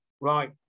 right